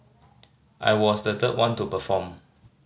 I was the third one to perform